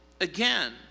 again